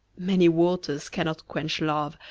many waters cannot quench love,